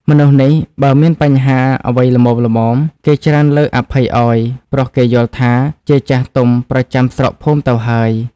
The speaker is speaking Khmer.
មនុស្សនេះបើមានបញ្ហាអ្វីល្មមៗ គេច្រើនលើកអភ័យឲ្យ ព្រោះគេយល់ថា ជាចាស់ទុំប្រចាំស្រុកភូមិទៅហើយ ។